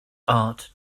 art